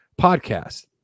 podcast